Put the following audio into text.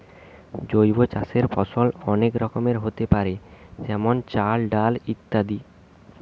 জৈব চাষের ফসল অনেক রকমেরই হোতে পারে যেমন চাল, ডাল ইত্যাদি